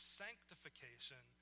sanctification